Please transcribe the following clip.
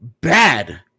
bad